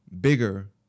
bigger